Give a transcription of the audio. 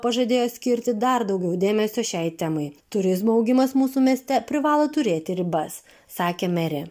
pažadėjo skirti dar daugiau dėmesio šiai temai turizmo augimas mūsų mieste privalo turėti ribas sakė merė